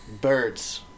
Birds